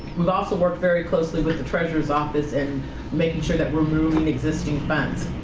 we've also worked very closely with the treasurer's office in making sure that we're moving existing funds.